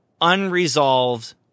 unresolved